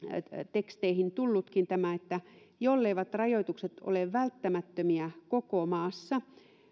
teksteihin on tullutkin jolleivät rajoitukset ole välttämättömiä koko maassa